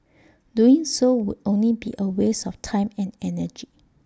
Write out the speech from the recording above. doing so would only be A waste of time and energy